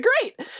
great